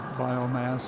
biomass